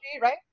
Right